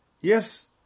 yes